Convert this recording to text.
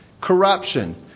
Corruption